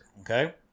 Okay